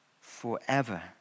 forever